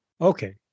Okay